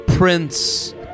Prince